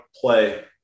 play